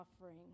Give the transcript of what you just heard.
offering